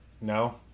No